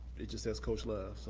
it just says coach love.